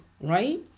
Right